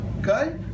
okay